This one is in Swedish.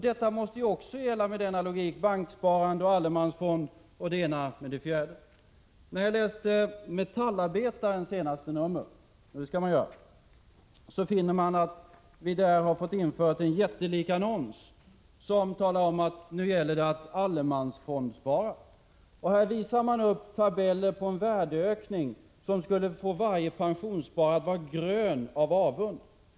Detta måste ju med denna logik också gälla banksparande, allemansfonder och det ena med det andra. När jag läste Metallarbetarens senaste nummer, och det skall man göra, fann jag att där hade införts en jättelik annons om att det nu gäller att allemansfondspara. Där visas upp tabeller på en värdeökning som skulle få varje pensionssparare att bli grön av avund.